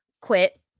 quit